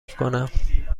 کنم